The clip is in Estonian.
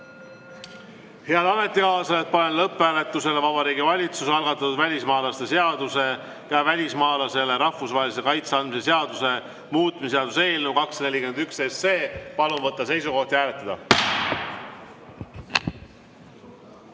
Head ametikaaslased, panen lõpphääletusele Vabariigi Valitsuse algatatud välismaalaste seaduse ja välismaalasele rahvusvahelise kaitse andmise seaduse muutmise seaduse eelnõu 241. Palun võtta seisukoht ja hääletada!